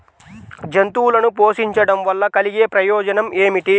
జంతువులను పోషించడం వల్ల కలిగే ప్రయోజనం ఏమిటీ?